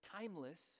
timeless